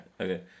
Okay